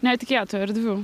netikėtų erdvių